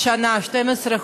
התשע"ו 2016,